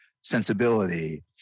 sensibility